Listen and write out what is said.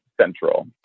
Central